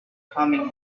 coming